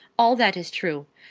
all that is true.